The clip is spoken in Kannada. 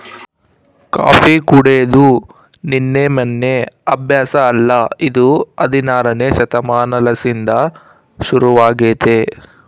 ಕಾಫಿ ಕುಡೆದು ನಿನ್ನೆ ಮೆನ್ನೆ ಅಭ್ಯಾಸ ಅಲ್ಲ ಇದು ಹದಿನಾರನೇ ಶತಮಾನಲಿಸಿಂದ ಶುರುವಾಗೆತೆ